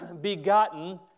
begotten